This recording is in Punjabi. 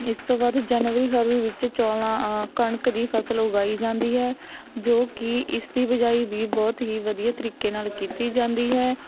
ਇਸ ਤੋਂ ਬਾਅਦ ਜਨਵਰੀ ਫਰਵਰੀ ਵਿੱਚ ਚੌਲ੍ਹਾਂ ਕਣਕ ਦੀ ਫਸਲ ਉਗਾਈ ਜਾਂਦੀ ਹੈ ਜੋ ਕਿ ਇਸ ਦੀ ਬਿਜਾਈ ਵੀ ਬਹੁਤ ਹੀ ਵਧੀਆ ਤਰੀਕੇ ਨਾਲ ਕੀਤੀ ਜਾਂਦੀ ਹੈ